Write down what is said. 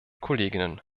kolleginnen